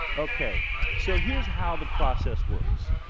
okay so here's how the process works